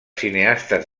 cineastes